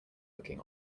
looking